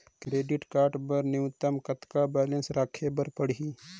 Credit card बर न्यूनतम कतका बैलेंस राखे बर पड़ही?